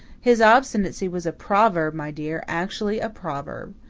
his obstinacy was a proverb, my dear actually a proverb.